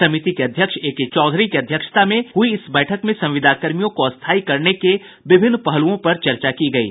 समिति के अध्यक्ष ए के चौधरी की अध्यक्षता में हुयी इस बैठक में संविदाकर्मियों को स्थायी करने के विभिन्न पहलुओं पर चर्चा की गयी